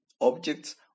objects